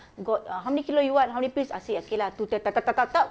got uh how many kilo you want how many piece I say okay lah two kilo tap~ tap~ tap~ tap~ tap~